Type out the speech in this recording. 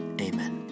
Amen